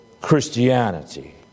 Christianity